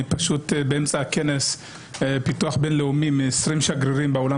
אני באמצע כנס פיתוח בין-לאומי עם 20 שגרירים בעולם